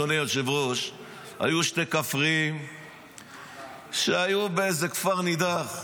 אדוני היושב-ראש: היו שני כפריים שהיו באיזה כפר נידח.